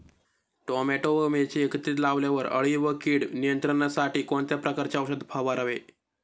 Tomato व मिरची एकत्रित लावल्यावर अळी व कीड नियंत्रणासाठी कोणत्या प्रकारचे औषध फवारावे?